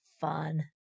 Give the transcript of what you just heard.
fun